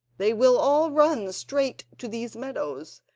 they will all run straight to these meadows,